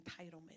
entitlement